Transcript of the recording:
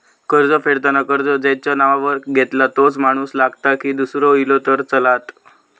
कर्ज फेडताना कर्ज ज्याच्या नावावर घेतला तोच माणूस लागता की दूसरो इलो तरी चलात?